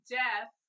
death